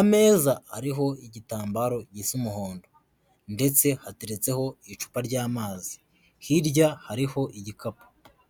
ameza ariho igitambaro gisa umuhondo ndetse hateretseho icupa ry'amazi, hirya hariho igikapu.